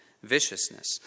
viciousness